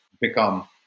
become